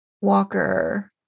walker